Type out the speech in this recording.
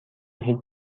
هیچ